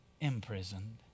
imprisoned